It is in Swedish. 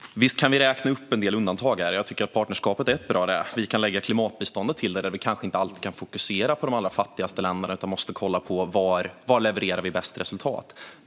Fru talman! Visst kan vi räkna upp en del undantag här. Jag tycker att partnerskapet är ett bra sådant. Vi kan lägga klimatbiståndet till det. Där kan vi kanske inte alltid fokusera på de allra fattigaste länderna utan måste kolla på var vi levererar bäst resultat.